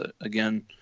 again